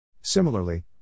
Similarly